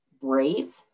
brave